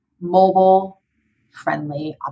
mobile-friendly